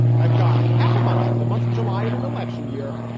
i've gone half a month. the month of july in an election year.